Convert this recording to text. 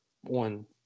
one